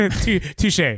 Touche